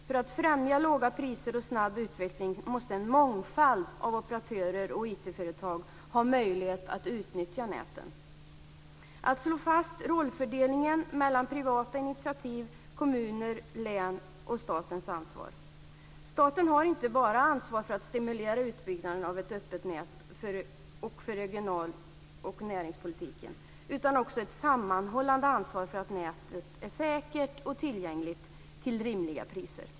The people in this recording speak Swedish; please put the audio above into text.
För att främja låga priser och snabb utveckling måste en mångfald av operatörer och IT företag ha möjlighet att utnyttja näten. Det är viktigt att slå fast rollfördelningen mellan privata initiativ, kommuner, län och statens ansvar. Staten har inte bara ansvar för att stimulera utbyggnaden av ett öppet nät och för regional och näringspolitiken. Man har också ett sammanhållande ansvar för att nätet är säkert och tillgängligt till rimliga priser.